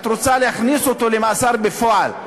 את רוצה להכניס אותו למאסר בפועל.